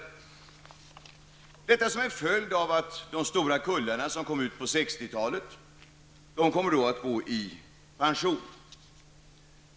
Det är en följd av att de stora kullarna som kom ut på 1960 talet kommer att gå i pension.